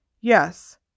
Yes